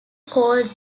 called